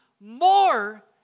more